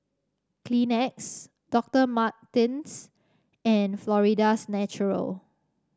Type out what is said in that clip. Kleenex Doctor Martens and Florida's Natural